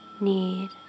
need